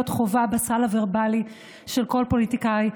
חובה בסל הוורבלי של כל פוליטיקאי.